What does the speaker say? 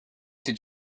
did